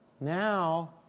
now